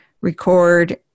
record